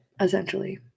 essentially